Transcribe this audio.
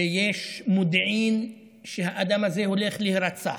שיש מודיעין שהאדם הזה הולך להירצח,